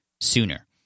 sooner